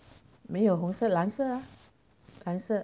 没有红色蓝色啊蓝色